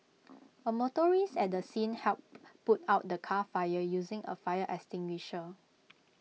A motorist at the scene helped put out the car fire using A fire extinguisher